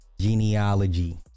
genealogy